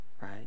Right